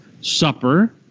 Supper